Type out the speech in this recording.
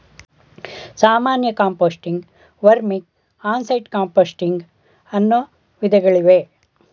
ಸಾಮಾನ್ಯ ಕಾಂಪೋಸ್ಟಿಂಗ್, ವರ್ಮಿಕ್, on site composting ಅನ್ನೂ ವಿಧಗಳಿವೆ